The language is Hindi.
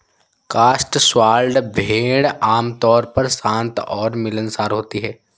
कॉटस्वॉल्ड भेड़ आमतौर पर शांत और मिलनसार होती हैं